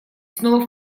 снова